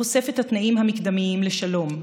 החושף את התנאים המקדמיים לשלום,